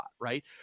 Right